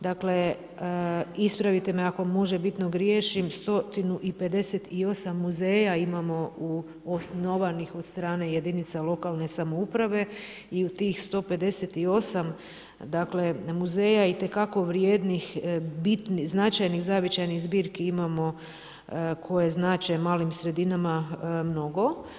Dakle ispravite me ako možebitno riješim 158 muzeja imamo osnovanih od strane jedinica lokalne samouprave i u tih 158 muzeja itekako bitnih, značajnih zavičajnih zbirki imamo koje znače malim sredinama mnogo.